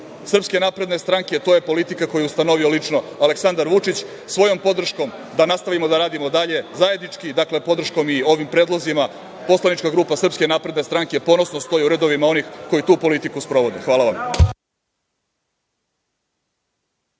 principijelni stav SNS. To je politika koju je ustanovio lično Aleksandar Vučić svojom podrškom da nastavimo da radimo dalje zajednički, dakle, podrškom i ovim predlozima. Poslanička grupa SNS ponosno stoji u redovima onih koji tu politiku sprovode. Hvala vam.